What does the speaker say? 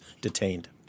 detained